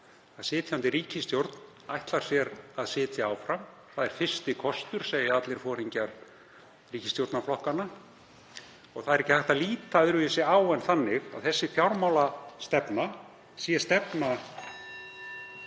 að sitjandi ríkisstjórn ætlar sér að sitja áfram. Það er fyrsti kostur, segja allir foringjar ríkisstjórnarflokkanna. Það er því ekki hægt að líta öðruvísi á en þannig að þessi fjármálastefna sé stefna